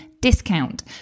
discount